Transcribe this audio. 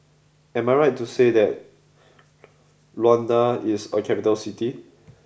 am I right that Luanda is a capital city